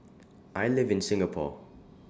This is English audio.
I live in Singapore